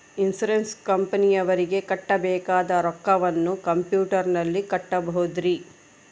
Insurance ಕಂಪನಿಯವರಿಗೆ ಕಟ್ಟಬೇಕಾದ ರೊಕ್ಕವನ್ನು ಕಂಪ್ಯೂಟರನಲ್ಲಿ ಕಟ್ಟಬಹುದ್ರಿ?